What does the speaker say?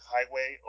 Highway